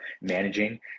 managing